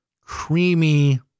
creamy